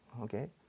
okay